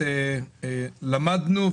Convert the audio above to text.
למדנו,